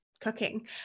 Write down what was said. cooking